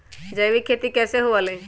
जैविक खेती कैसे हुआ लाई?